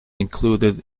included